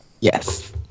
yes